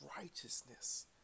righteousness